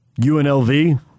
UNLV